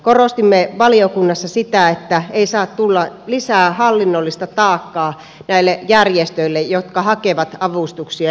korostimme valiokunnassa sitä että ei saa tulla lisää hallinnollista taakkaa näille järjestöille jotka hakevat avustuksia